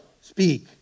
Speak